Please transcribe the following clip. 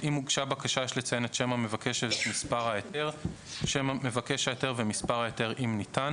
אם הוגשה בקשה יש לציין את שם מבקש ההיתר ואת מספר ההיתר אם ניתן.